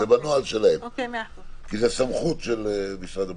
זה בנוהל שלהם כי זה סמכות של משרד הבריאות.